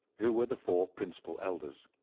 who were the four principal elders.